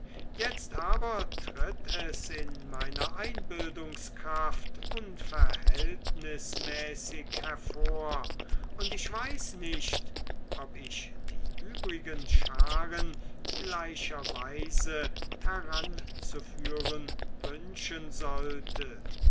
jetzt aber tritt es in meiner einbildungskraft unverhältnismäßig hervor und ich weiß nicht ob ich die übrigen scharen gleicherweise heranzuführen wünschen sollte